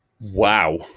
Wow